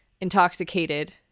intoxicated